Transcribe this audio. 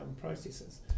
processes